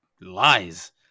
lies